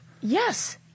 Yes